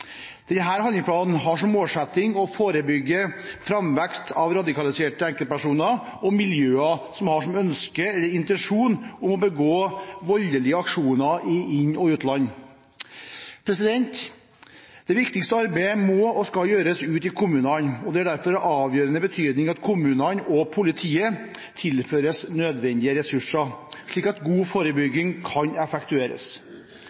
handlingsplanen har som målsetting å forebygge framvekst av radikaliserte enkeltpersoner og miljøer som har ønske eller intensjon om å begå voldelige aksjoner i inn- og utland. Det viktigste arbeidet må og skal gjøres ute i kommunene, og det er derfor av avgjørende betydning at kommunene og politiet tilføres nødvendige ressurser, slik at god